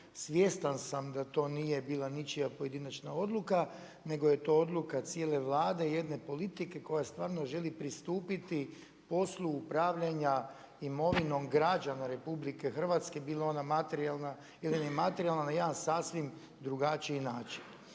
Svjestan sam da to nije bila ničija pojedinačna odluka nego je to odluka cijele Vlade, jedne politike koja stvarno želi pristupiti poslu upravljanja imovinom građana RH, bilo ona materijalna ili ne materijalna, na jedan sasvim drugačiji način.